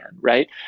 right